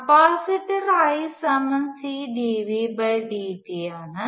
capacitor I Cdvdt ആണ്